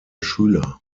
schüler